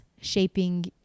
shaping